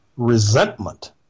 resentment